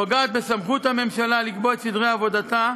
פוגעת בסמכות הממשלה לקבוע את סדרי עבודתה,